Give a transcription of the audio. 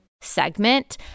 segment